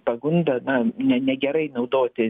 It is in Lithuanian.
pagunda na ne negerai naudoti